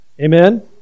Amen